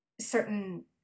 certain